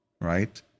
right